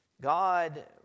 God